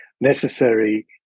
necessary